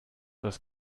das